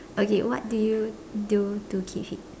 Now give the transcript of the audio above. okay what do you do to keep fit